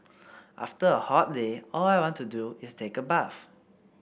after a hot day all I want to do is take a bath